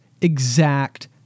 exact